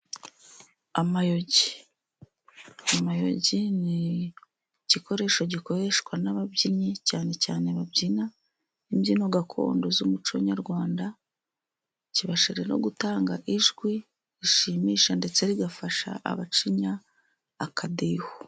Amayogi, amayogi ni igikoresho gikoreshwa n'ababyinnyi, cyane cyane babyina imbyino gakondo z'umuco nyarwanda, kibasha rero gutanga ijwi rishimisha ndetse rigafasha abacinya akadiho.